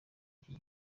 iki